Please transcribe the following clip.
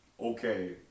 Okay